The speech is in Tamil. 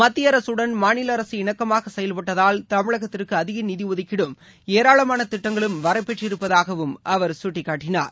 மத்தியஅரசுடன் மாநிலஅரசு இணக்கமாகசெயல்பட்டதால் தமிழகத்திற்குஅதிகநிதிஒதுக்கீடும் ஏராளமானதிட்டங்களும் வரபெற்றிருப்பதாகவும் அவர் சுட்டிக்காட்டினார்